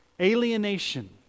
alienation